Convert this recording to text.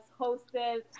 hosted